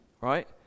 right